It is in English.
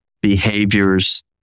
behaviors